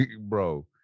bro